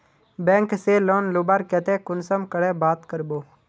Bank से loan लुबार केते कुंसम करे बात करबो?